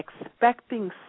expecting